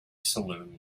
saloon